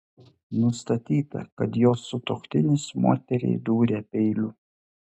nustatyta kad jos sutuoktinis moteriai dūrė peiliu